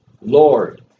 Lord